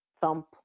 thump